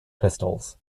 pistols